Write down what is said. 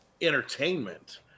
entertainment